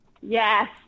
Yes